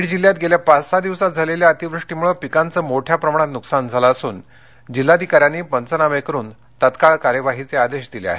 बीड जिल्ह्यात गेल्या पाच सहा दिवसात झालेल्या अतिवृष्टीमुळं पिकांचं मोठ्या प्रमाणात नुकसान झालं असून जिल्हाधिकाऱ्यांनी पंचनामे करून तात्काळ कार्यवाहीचे आदेश दिले आहेत